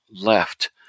left